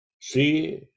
See